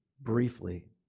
briefly